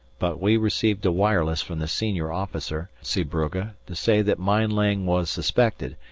but we received a wireless from the senior officer, zeebrugge, to say that mine-laying was suspected,